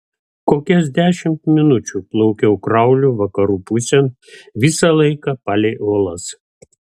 kokias dešimt minučių plaukiau krauliu vakarų pusėn visą laiką palei uolas